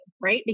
right